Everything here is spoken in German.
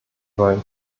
wollen